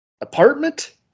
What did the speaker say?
apartment